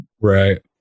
Right